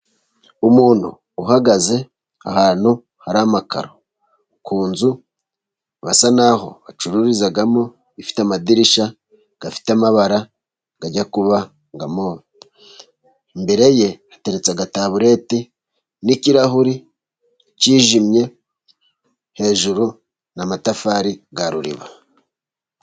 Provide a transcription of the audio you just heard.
Umuntu uhagaze ahantu hari amakararo, ku nzu basa n'aho bacururizamo ifite amadirishya afite amabara ajya kuba nka move. Imbere ye hateretse agatabureti n'ikirahuri kijimye hejuru n'amatafari ya Ruriba.